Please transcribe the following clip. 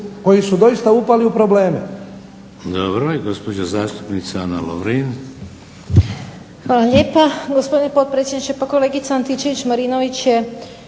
koji su doista upali u probleme.